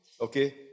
okay